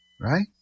right